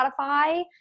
Spotify